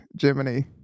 Jiminy